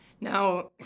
Now